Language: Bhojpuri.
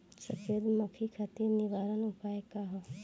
सफेद मक्खी खातिर निवारक उपाय का ह?